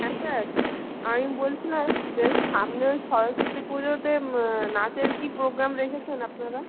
হ্যাঁ স্যার আমি বলছিলাম যে সামনের সরস্বতী পুজোতে নাচের কী প্রোগ্রাম রেখেছেন আপনারা